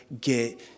get